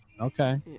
Okay